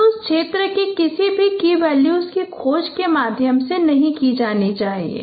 हमें उस क्षेत्र में किसी भी की वैल्यूज की खोज के माध्यम से नहीं जाना चाहिए